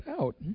out